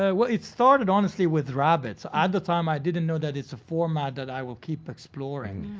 ah well, it started honestly with rabbit. at the time i didn't know that it's a format that i will keep exploring.